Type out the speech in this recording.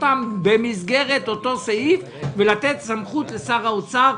אותם במסגרת אותו סעיף ולתת סמכות לשר האוצר,